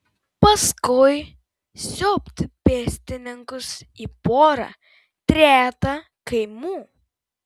paskui siūbt pėstininkus į porą trejetą kaimų